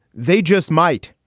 they just might.